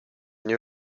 nie